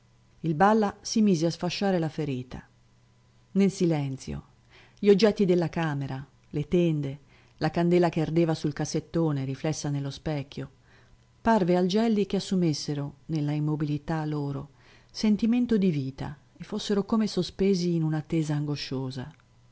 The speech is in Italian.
il balla si mise a sfasciare la ferita nel silenzio gli oggetti della camera le tende la candela che ardeva sul cassettone riflessa nello specchio parve al gelli che assumessero nella immobilità loro sentimento di vita e fossero come sospesi in una attesa angosciosa